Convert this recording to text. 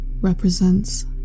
represents